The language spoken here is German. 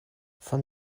von